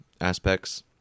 aspects